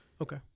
Okay